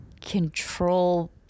control